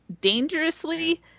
Dangerously